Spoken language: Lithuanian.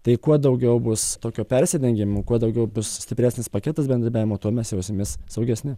tai kuo daugiau bus tokio persidengimo kuo daugiau bus stipresnis paketas bendravimo tuo mes jausimės saugesni